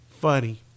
Funny